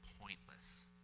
pointless